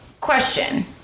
question